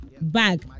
bag